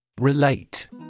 Relate